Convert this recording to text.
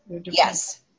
Yes